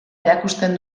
erakusten